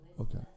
Okay